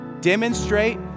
Demonstrate